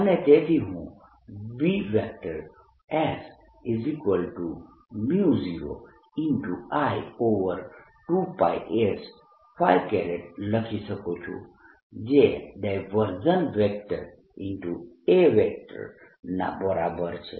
અને તેથી હું Bs0I2πs લખી શકું છું જે A ના બરાબર છે